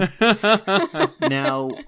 Now